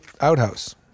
outhouse